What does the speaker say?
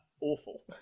awful